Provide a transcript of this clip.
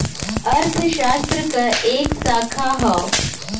अर्थशास्त्र क एक शाखा हौ